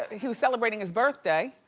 he was celebrating his birthday